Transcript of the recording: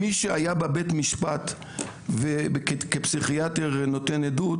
מי שהיה בבית משפט כפסיכיאטר נותן עדות